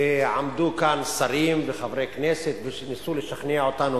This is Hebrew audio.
ועמדו כאן שרים וחברי כנסת וניסו לשכנע אותנו,